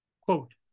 quote